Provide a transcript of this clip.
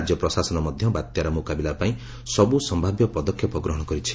ରାଜ୍ୟ ପ୍ରଶାସନ ମଧ୍ୟ ବାତ୍ୟାର ମୁକାବିଲା ପାଇଁ ସବୁ ସମ୍ଭାବ୍ୟ ପଦକ୍ଷେପ ଗ୍ରହଣ କରିଛି